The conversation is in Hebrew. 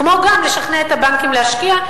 כמו גם לשכנע את הבנקים להשקיע,